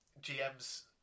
GM's